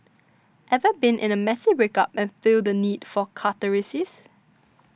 ever been in a messy breakup and feel the need for catharsis